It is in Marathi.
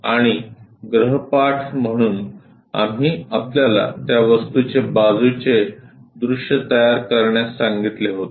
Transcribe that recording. आणि गृहपाठ म्हणून आम्ही आपल्याला त्या वस्तूचे बाजूचे दृश्य तयार करण्यास सांगितले होते